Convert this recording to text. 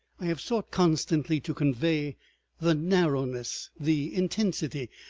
i have sought constantly to convey the narrowness, the intensity,